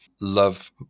love